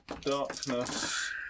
darkness